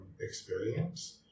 experience